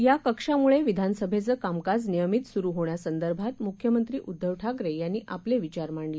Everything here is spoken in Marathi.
या कक्षाम्ळे विधानसभैचं कामकाज नियमित सुरु होण्यासंदर्भात मुख्यमंत्री उदधव ठाकरे यांनी आपले विचार मांडले